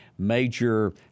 major